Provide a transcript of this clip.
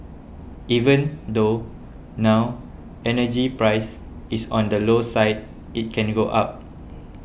even though now energy price is on the low side it can go up